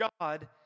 God